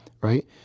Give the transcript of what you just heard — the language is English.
right